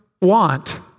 want